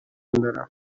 دارم